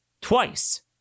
twice